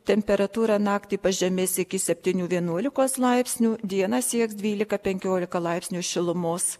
temperatūra naktį pažemės iki septynių vienuolikos laipsnių dieną sieks dvylika penkiolika laipsnių šilumos